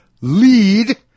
lead